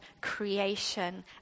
creation